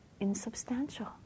insubstantial